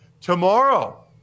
Tomorrow